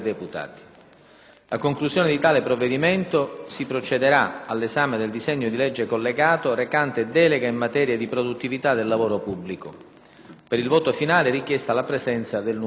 A conclusione di tale provvedimento, si procederà all'esame del disegno di legge collegato recante delega in materia di produttività del lavoro pubblico. Per il voto finale è richiesta la presenza del numero legale.